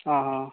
ହଁ ହଁ